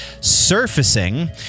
surfacing